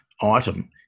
item